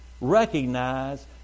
recognize